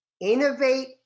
innovate